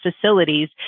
facilities